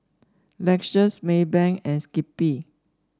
Lexus Maybank and Skippy